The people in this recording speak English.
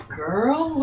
girl